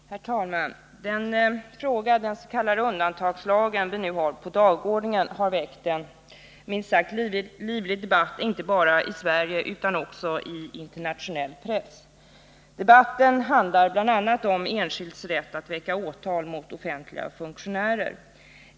Herr talman! Den fråga, den s.k. undantagslagen, som vi nu har på dagordningen har väckt en minst sagt livlig debatt inte bara i Sverige utan också i internationell press. Debatten handlar bl.a. om enskilds rätt att väcka åtal mot offentliga funktionärer.